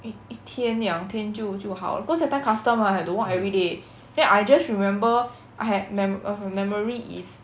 一一天两天就就好 cause that time custom mah have to walk every day then I just remember I had me~ of a memory is